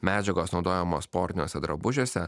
medžiagos naudojamos sportiniuose drabužiuose